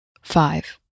five